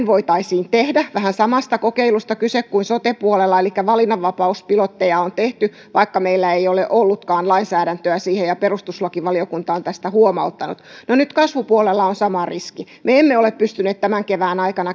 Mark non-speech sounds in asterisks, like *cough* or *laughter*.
*unintelligible* voitaisiin tehdä vähän samanlaisesta kokeilusta on kyse kuin sote puolella elikkä valinnanvapauspilotteja on tehty vaikka meillä ei ole ollutkaan lainsäädäntöä siihen ja perustuslakivaliokunta on tästä huomauttanut no nyt kasvupuolella on sama riski me emme ole pystyneet tämän kevään aikana